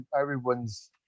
everyone's